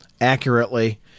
accurately